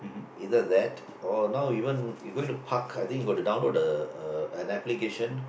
either that or now even you going to park I think you got to download the uh an application